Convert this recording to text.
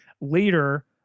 later